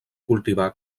cultivar